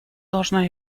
должна